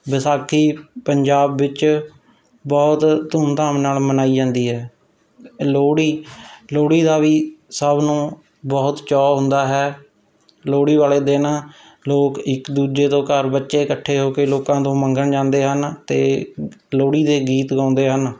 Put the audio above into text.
ਵਿਸਾਖੀ ਪੰਜਾਬ ਵਿੱਚ ਬਹੁਤ ਧੂਮਧਾਮ ਨਾਲ ਮਨਾਈ ਜਾਂਦੀ ਹੈ ਲੋਹੜੀ ਲੋਹੜੀ ਦਾ ਵੀ ਸਭ ਨੂੰ ਬਹੁਤ ਚਾਅ ਹੁੰਦਾ ਹੈ ਲੋਹੜੀ ਵਾਲੇ ਦਿਨ ਲੋਕ ਇੱਕ ਦੂਜੇ ਤੋਂ ਘਰ ਬੱਚੇ ਇਕੱਠੇ ਹੋ ਕੇ ਲੋਕਾਂ ਤੋਂ ਮੰਗਣ ਜਾਂਦੇ ਹਨ ਅਤੇ ਲੋਹੜੀ ਦੇ ਗੀਤ ਗਾਉਂਦੇ ਹਨ